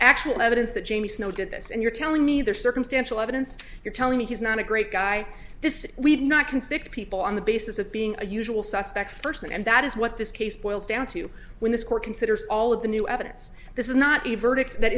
actual evidence that jami snow did this and you're telling me there's circumstantial evidence you're telling me he's not a great guy this we did not convict people on the basis of being a usual suspects person and that is what this case boils down to when this court considers all of the new evidence this is not a verdict that